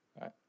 right